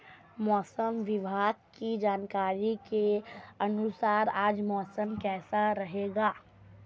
मौसम विभाग की जानकारी के अनुसार आज मौसम कैसा रहेगा?